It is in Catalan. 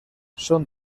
són